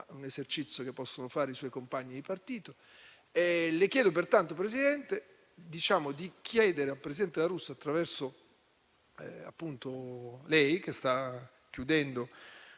un esercizio che possono fare i suoi compagni di partito. Le chiedo, pertanto, Presidente, di chiedere al presidente La Russa di ricominciare da una